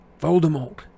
Voldemort